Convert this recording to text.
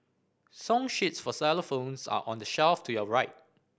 song sheets for xylophones are on the shelf to your right